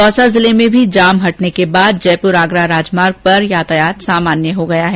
दौसा जिले में भी जाम हटने के बाद जयपुर आगरा राजमार्ग पर यातायात सामान्य हो गया है